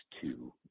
two